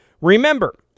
Remember